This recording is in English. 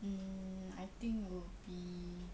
um I think will be